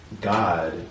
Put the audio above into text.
God